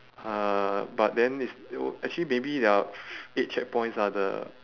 uh but then it's actually maybe there are eight checkpoints ah the